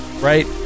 Right